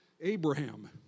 Abraham